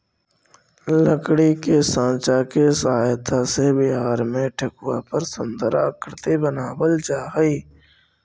लकड़ी के साँचा के सहायता से बिहार में ठेकुआ पर सुन्दर आकृति बनावल जा हइ